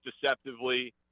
deceptively